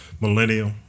Millennial